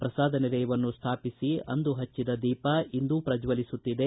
ಪ್ರಸಾದ ನಿಲಯವನ್ನು ಸ್ಥಾಪಿಸಿ ಅಂದು ಹಚ್ಚದ ದೀಪ ಇಂದೂ ಪ್ರಜ್ವಲಿಸುತ್ತಿದೆ